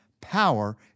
Power